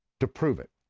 to prove it.